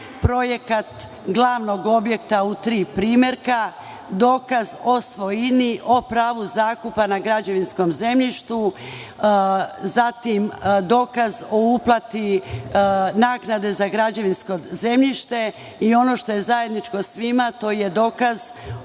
projekat glavnog objekta u tri primerka, dokaz o svojini o pravu zakupa na građevinskom zemljištu, zatim, dokaz o uplati naknade za građevinsko zemljište i ono što je zajedničko svima, to je dokaz